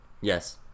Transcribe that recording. Yes